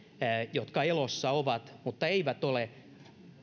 jotka elossa ovat mutta eivät ole